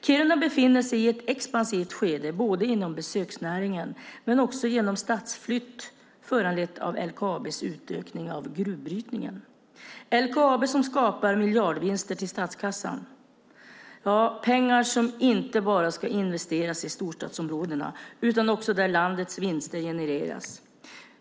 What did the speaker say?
Kiruna befinner sig i ett expansivt skede, både inom besöksnäringen och genom stadsflytt, föranledd av LKAB:s utökning av gruvbrytningen. LKAB skapar miljardvinster till statskassan, pengar som ska investeras inte bara i storstadsområdena utan också där landets vinster genereras.